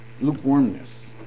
lukewarmness